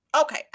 okay